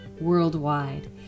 worldwide